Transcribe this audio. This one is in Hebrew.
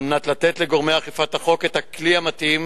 על מנת לתת לגורמי אכיפת החוק את הכלי המתאים